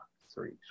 Three